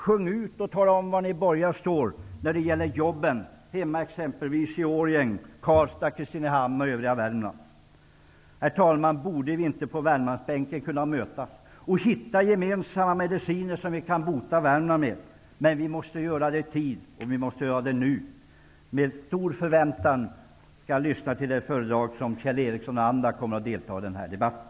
Sjung ut och tala om var ni borgerliga står när det gäller jobben hemma i exempelvis Årjäng, Herr talman! Vi på Värmlandsbänken borde kunna mötas och hitta gemensamma mediciner som vi kan bota Värmland med. Men vi måste göra det i tid. Vi måste göra det nu. Med stor förväntan skall jag lyssna till vad Kjell Ericsson och andra kommer att säga i den här debatten.